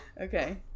okay